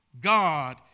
God